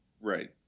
Right